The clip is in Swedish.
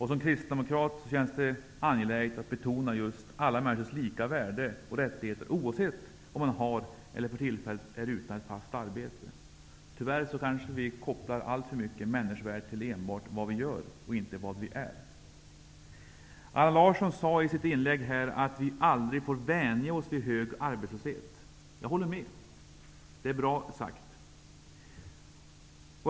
Som kristdemokrat känns det angeläget att betona alla människors lika värde och rättigheter, oavsett om man har eller för tillfället är utan ett fast arbete. Vi kopplar kanske tyvärr alltför mycket människovärdet till enbart vad vi gör och inte vad vi är. Allan Larsson sade i sitt inlägg att vi aldrig får vänja oss vid en hög arbetslöshet. Jag håller med om det. Det är bra sagt.